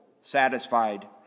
satisfied